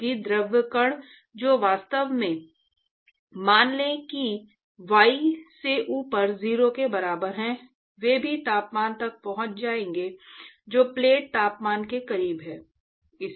क्योंकि द्रव कण जो वास्तव में मान लें कि y से ऊपर 0 के बराबर है वे भी तापमान तक पहुंच जाएंगे जो प्लेट तापमान के करीब है